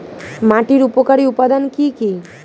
মাটির উপকারী উপাদান কি কি?